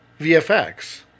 vfx